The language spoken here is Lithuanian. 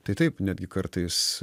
tai taip netgi kartais